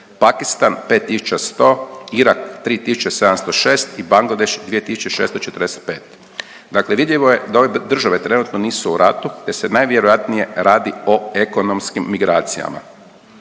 Pakistan 5100, Irak 3706 i Bangladeš 2645. Dakle, vidljivo je da ove države trenutno nisu u ratu, te se najvjerojatnije radi o ekonomskim migracijama.